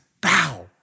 bow